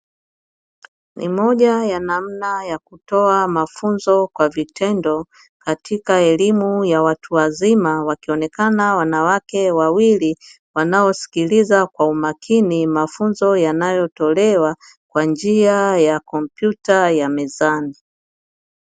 Ni moja ya namna ya kutoa mafunzo kwa vitendo, katika elimu ya watu wazima, wakionekana wanawake wawili wanaosikiliza kwa umakini mafunzo yanayotolewa, kwa njia ya kompyuta ya mezani.